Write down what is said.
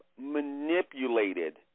manipulated